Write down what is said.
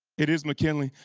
it is mckinley.